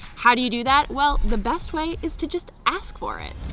how do you do that, well the best way is to just ask for it.